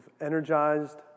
energized